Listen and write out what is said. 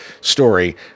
story